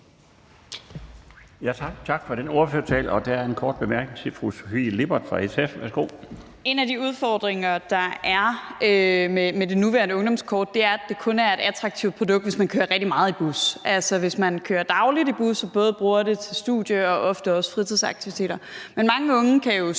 Tak for den ordførertale. Der er en kort bemærkning til fru Sofie Lippert fra SF. Værsgo. Kl. 17:21 Sofie Lippert (SF): En af de udfordringer, der er med det nuværende ungdomskort, er, at det kun er et attraktivt produkt, hvis man kører rigtig meget i bus, altså hvis man kører dagligt i bus og både bruger det til studie og fritidsaktiviteter. Men mange unge kan jo